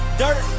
dirt